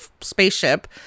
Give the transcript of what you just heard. spaceship